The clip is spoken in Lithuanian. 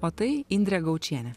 o tai indrė gaučienė